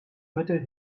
mittel